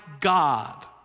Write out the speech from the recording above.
God